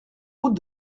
route